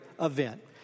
event